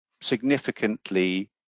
significantly